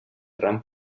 ram